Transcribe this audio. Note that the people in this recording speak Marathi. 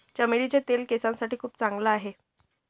चमेलीचे तेल केसांसाठी खूप चांगला आहे